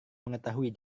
mengetahui